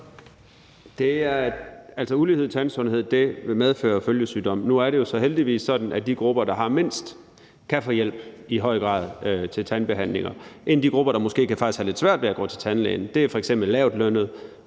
(V): Altså, ulighed i tandsundhed vil medføre følgesygdomme. Nu er det heldigvis sådan, at de grupper, der har mindst, i høj grad kan få hjælp til tandbehandlinger. De grupper, der måske kan have lidt svært ved at gå til tandlægen, er f.eks. lavtlønnede,